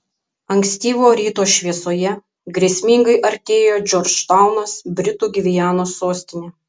ankstyvo ryto šviesoje grėsmingai artėjo džordžtaunas britų gvianos sostinė